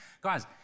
Guys